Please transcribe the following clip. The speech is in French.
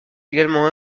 également